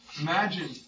Imagine